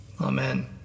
Amen